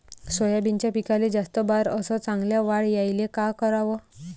सोयाबीनच्या पिकाले जास्त बार अस चांगल्या वाढ यायले का कराव?